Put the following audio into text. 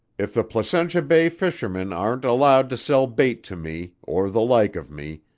if the placentia bay fishermen aren't allowed to sell bait to me, or the like of me,